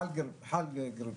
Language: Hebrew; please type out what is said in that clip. אחרי גיל פרישה.